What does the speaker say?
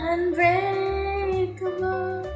Unbreakable